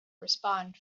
respond